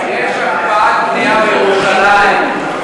יש הקפאת בנייה בירושלים.